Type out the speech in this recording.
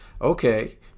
okay